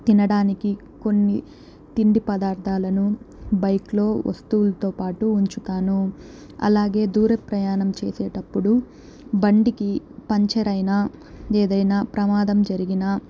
తినడానికి కొన్ని తిండి పదార్థాలను బైక్లో వస్తువులతో పాటు ఉంచుతాను అలాగే దూరపు ప్రయాణం చేసేటప్పుడు బండికి పంక్చర్ అయినా ఏదైనా ప్రమాదం జరిగినా